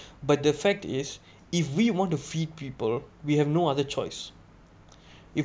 but the fact is if we want to feed people we have no other choice if